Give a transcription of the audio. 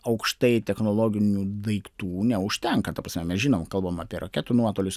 aukštai technologinių daiktų neužtenka ta prasme mes žinom kalbam apie raketų nuotolius